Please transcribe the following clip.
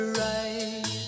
right